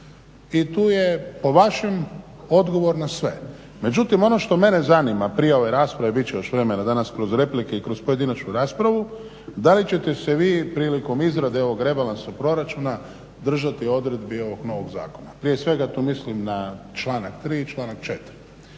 i tu je po vašem odgovor na sve. Međutim ono što mene zanima, prije ove rasprave bit će još vremena danas kroz replike i kroz pojedinačnu raspravu, da li ćete se vi prilikom izrade ovog rebalansa proračuna držati odredbi ovog novog zakona. Prije svega tu mislim na članak 3. i članak 4.,